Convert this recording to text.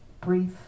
brief